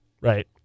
right